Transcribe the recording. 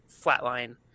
flatline